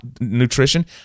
nutrition